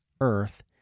earth